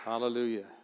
Hallelujah